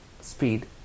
speed